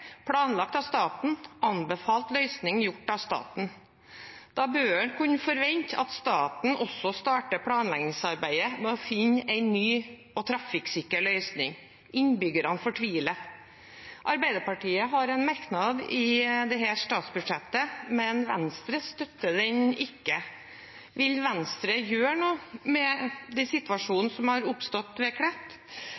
planlagt av staten, anbefalt løsning gjort av staten. Da bør en kunne forvente at staten også starter planleggingsarbeidet med å finne en ny og trafikksikker løsning. Innbyggerne fortviler. Arbeiderpartiet har en merknad i innstillingen til dette statsbudsjettet, men Venstre støtter den ikke. Vil Venstre gjøre noe på Stortinget med